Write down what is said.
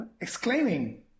exclaiming